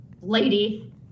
lady